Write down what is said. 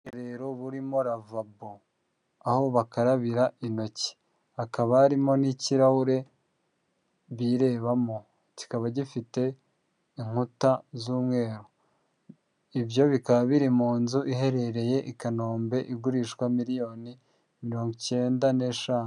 Ubwiroherero burimo lavabo aho bakarabira intoki hakaba harimo n'ikirahure birebamo kikaba gifite inkuta z'umweru ibyo bikaba biri mu nzu iherereye i kanombe igurishwa miliyoni mirongo icyenda n'eshanu.